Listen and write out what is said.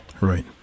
Right